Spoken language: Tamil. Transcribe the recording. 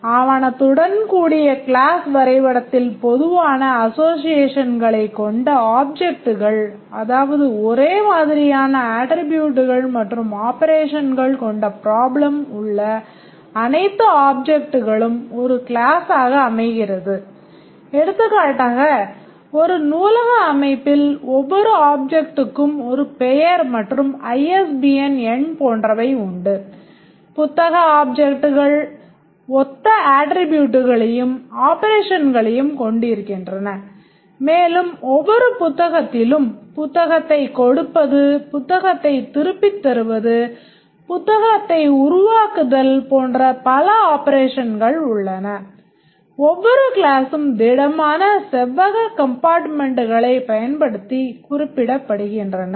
ஆவணத்துடன் கூடிய கிளாஸ் பயன்படுத்தி குறிப்பிடப்படுகின்றன